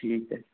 ठीक आहे